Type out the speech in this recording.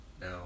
Now